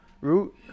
root